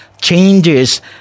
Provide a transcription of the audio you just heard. changes